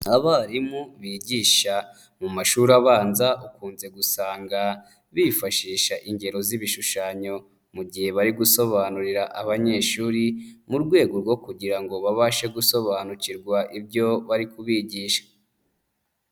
Abarimu bigisha mu mashuri abanza ukunze gusanga bifashisha ingero z'ibishushanyo mu gihe bari gusobanurira abanyeshuri mu rwego rwo kugira ngo babashe gusobanukirwa ibyo bari kubigisha.